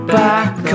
back